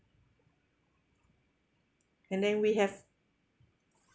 and then we have